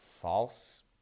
false